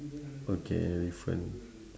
okay elephant